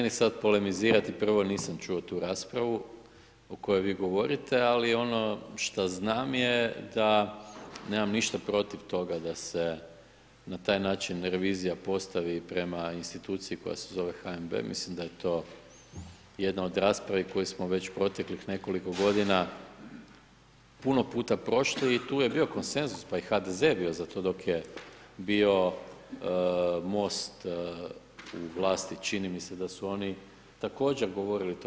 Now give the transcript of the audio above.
Teško je meni sad polemizirati, prvo, nisam čuo tu raspravu o kojoj vi govorite, ali ono što znam je da nemam ništa protiv toga da se na taj način revizija postavi prema instituciji koja se zove HNB, mislim da je to jedna od rasprave koju smo već proteklih nekoliko godina puno puta prošli i tu je bio konsenzus, pa i HDZ je bio za to dok je bio MOST u vlasti, čini mi se da su oni također govorili to.